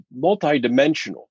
multidimensional